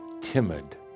timid